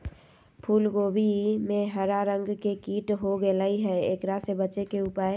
फूल कोबी में हरा रंग के कीट हो गेलै हैं, एकरा से बचे के उपाय?